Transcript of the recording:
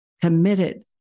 committed